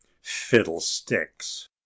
Fiddlesticks